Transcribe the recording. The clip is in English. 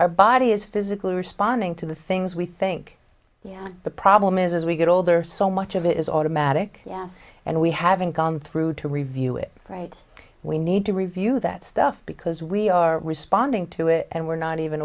our body is physically responding to the things we think the problem is as we get older so much of it is automatic yes and we haven't gone through to review it right we need to review that stuff because we are responding to it and we're not even